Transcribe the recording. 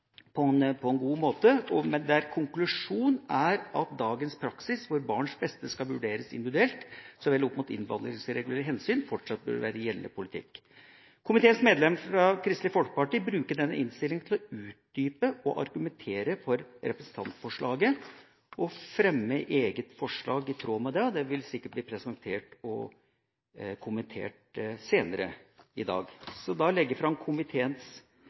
på en god måte, men der konklusjonen er at dagens praksis, hvor barns beste skal vurderes individuelt så vel som opp mot innvandringsregulerende hensyn, fortsatt bør være gjeldende politikk. Komiteens medlem fra Kristelig Folkeparti bruker denne innstillinga til å utdype og argumentere for representantforslaget og fremmer eget forslag i tråd med det. Det vil sikkert bli presentert og kommentert senere i dag. Jeg legger fram komiteens